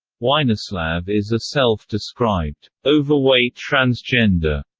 weinerslav is a self-described overweight transgender.